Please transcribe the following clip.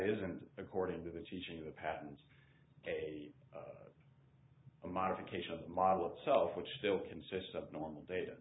isn't according to the teaching of the patents a modification of the model itself which still consists of normal data